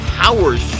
powers